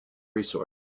resource